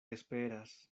esperas